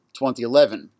2011